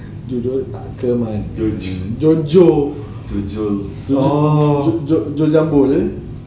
jodoh tak ke mana jo jo jo jo jambul